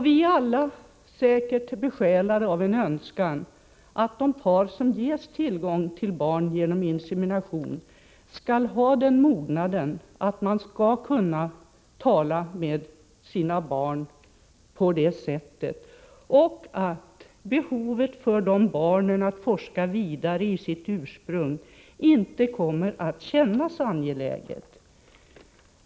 Vi är säkert alla besjälade av en önskan att de par som får barn genom insemination skall ha den mognaden att de kan tala om för dem hur det ligger till. Då kanske behovet hos dessa barn att forska i sitt ursprung inte kommer att kännas så angeläget.